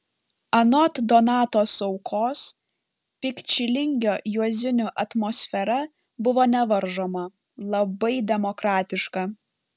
anot donato saukos pikčilingio juozinių atmosfera buvo nevaržoma labai demokratiška